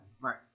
right